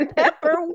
pepper